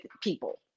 people